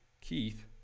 Keith